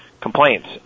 complaints